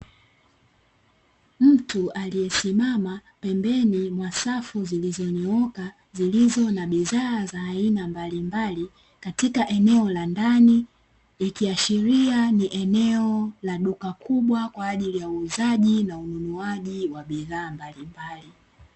Mtu aliyesimama pembeni mwa safu zilizonyooka zilizo na bidhaa aina mbalimbali katika eneo la ndani, ikiashiria ni eneo la duka kubwa kwa ajili ya uuzaji na ununuaji wa bidhaa mbalimbali.